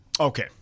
Okay